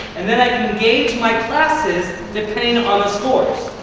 and then i can gauge my classes depending um on the scores.